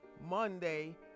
monday